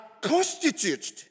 constituted